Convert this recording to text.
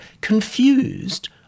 confused